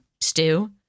stew